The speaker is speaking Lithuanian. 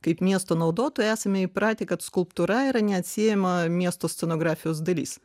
kaip miesto naudotojai esame įpratę kad skulptūra yra neatsiejama miesto scenografijos dalis